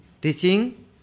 teaching